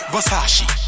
Versace